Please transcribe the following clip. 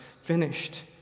finished